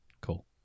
Cool